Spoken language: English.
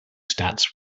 stats